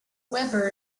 weber